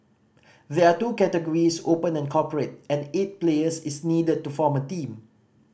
there are two categories Open and Corporate and eight players is needed to form a team